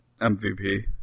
MVP